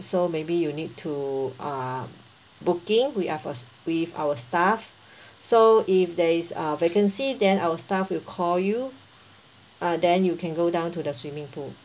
so maybe you need to uh booking with us first with our staff so if there is uh vacancy then our staff will call you uh then you can go down to the swimming pool